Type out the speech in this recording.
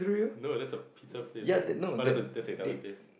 no that's a pizza place right uh that's a that's a Italian place